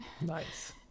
Nice